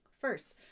First